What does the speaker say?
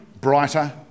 brighter